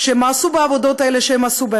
שמאסו בעבודות האלה שהם עשו,